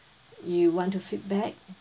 you want to feedback